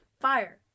Fire